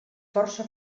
força